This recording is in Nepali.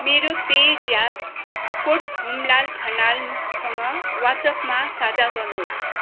मेरो पे ज्याप कोड हुमलाल खनालसँग व्हाट्सएप्पमा साझा गर्नुहोस्